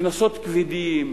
קנסות כבדים,